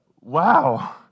wow